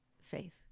faith